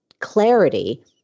clarity